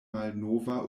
malnova